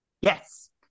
Yes